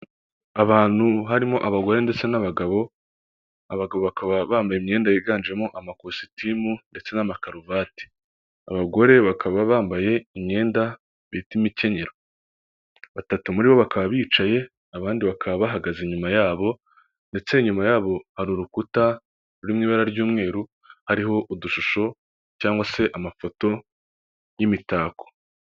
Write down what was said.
Abantu harimo abagore ndetse n'abagabo, abagabo bakaba bambaye imyenda yiganjemo amakositimu ndetse n'amakaruvati, abagore bakaba bambaye imyenda bita imikenyero, batatu muri bo bakaba bicaye, abandi bakaba bahagaze inyuma yabo ndetse inyuma yabo hari urukuta ruri mu ibara ry'umweru hariho udushusho cyangwa se amafoto y'imitako.